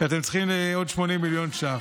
שאתם צריכים עוד 80 מיליון ש"ח.